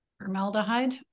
Formaldehyde